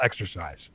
exercise